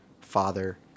father